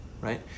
right